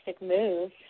move